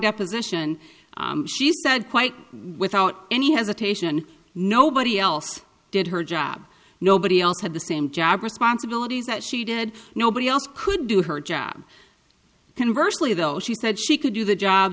deposition she said quite without any hesitation nobody else did her job nobody else had the same job responsibilities that she did nobody else could do her job can virtually though she said she could do the job